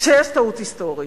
שיש טעות היסטורית.